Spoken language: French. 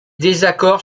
désaccords